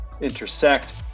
intersect